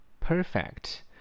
perfect